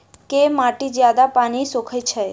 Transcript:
केँ माटि जियादा पानि सोखय छै?